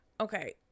okay